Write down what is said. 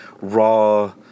raw